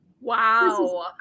Wow